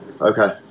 Okay